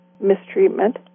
mistreatment